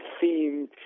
theme